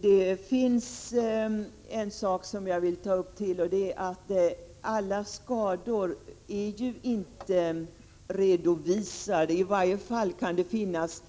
Det finns ännu en sak som jag vill ta upp. Alla skador är ju inte redovisade, och det kan finnas